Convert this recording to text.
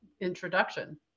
introduction